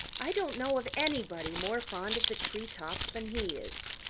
i don't know of anybody more fond of the tree tops than he is.